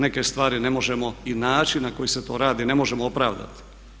Neke stvari ne možemo i način na koji se to radi ne možemo opravdat.